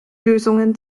lösungen